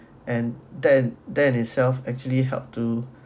and then then itself actually help to